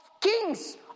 kings